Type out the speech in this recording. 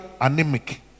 anemic